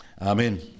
Amen